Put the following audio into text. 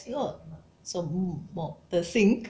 什么什么 the sink